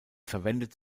verwendet